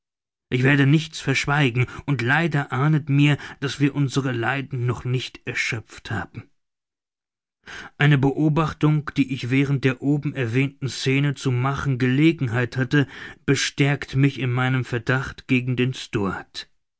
ich werde nichts verschweigen und leider ahnet mir daß wir unsere leiden noch nicht erschöpft haben eine beobachtung die ich während der oben erwähnten scene zu machen gelegenheit hatte bestärkt mich in meinem verdacht gegen den